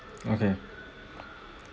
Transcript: okay